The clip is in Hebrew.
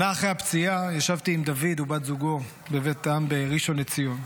שנה אחרי הפציעה ישבתי עם דוד ובת זוגו בביתם בראשון לציון.